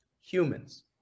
humans